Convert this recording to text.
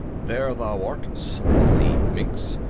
there thou art, slothy minx!